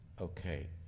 okay